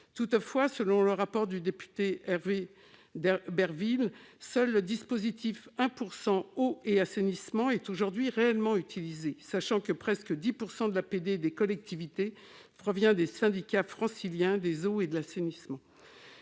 Toutefois, selon le rapport du député Hervé Berville, seul le dispositif « 1 % eau et assainissement » est aujourd'hui réellement utilisé, sachant que presque 10 % de l'APD des collectivités proviennent des syndicats franciliens des eaux et de l'assainissement.